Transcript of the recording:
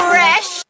Fresh